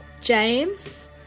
James